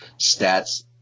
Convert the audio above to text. stats